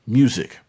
music